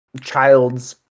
child's